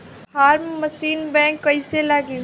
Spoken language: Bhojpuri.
फार्म मशीन बैक कईसे लागी?